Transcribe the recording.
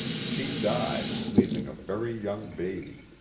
she died, leaving a very young baby.